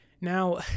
Now